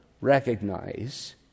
recognize